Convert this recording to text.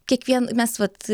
kiekvien mes vat